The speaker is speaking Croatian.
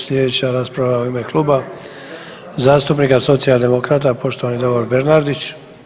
Sljedeća rasprava u ime Kluba zastupnika Socijaldemokrata, poštovani Davor Bernardić.